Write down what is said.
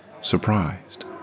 surprised